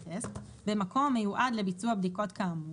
Test במקום המיועד לביצוע בדיקות כאמור,